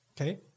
Okay